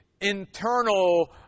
internal